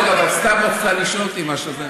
רגע, אבל סתיו רצתה לשאול אותי משהו.